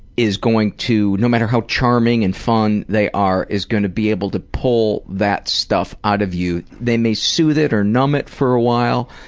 is going to no matter how charming and fun they are, is gonna be able to pull that stuff out of you. they may soothe it or numb it for a while,